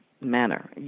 manner